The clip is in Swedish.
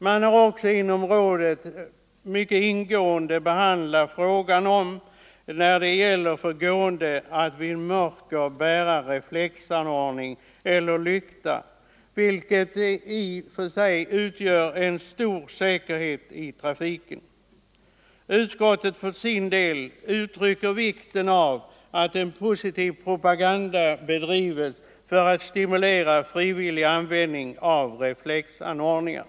Man har även inom rådet mycket ingående behandlat förslag att gående vid mörker skall bära reflexanordning eller lykta, vilket i och för sig medverkar till större säkerhet i trafiken. Utskottet framhåller för sin del vikten av att en positiv propaganda bedrivs för att stimulera — Nr 125 till frivillig användning av reflexanordningar.